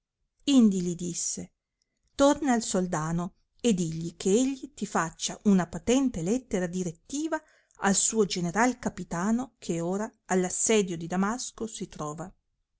indi li disse torna al soldano e digli che egli ti faccia una patente lettera direttiva al suo general capitano che ora all assedio di damasco si trova